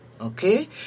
Okay